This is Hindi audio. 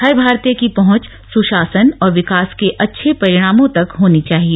हर भारतीय की पहँच सुशासन और विकास के अच्छे परिणामों तक होनी चाहिए